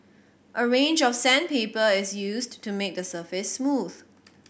a range of sandpaper is used to make the surface smooth